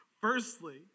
firstly